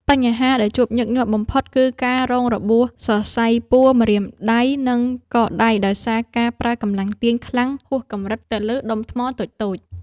បញ្ហាដែលជួបញឹកញាប់បំផុត គឺការរងរបួសសរសៃពួរម្រាមដៃ និងកដៃ ដោយសារការប្រើកម្លាំងទាញខ្លាំងហួសកម្រិតទៅលើដុំថ្មតូចៗ។